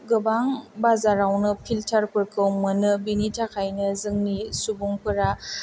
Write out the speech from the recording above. गोबां बाजारावनो फिल्टारफोरखौ मोनो बिनि थाखायनो जोंनि सुबुंफोरा